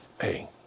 hey